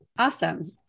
Awesome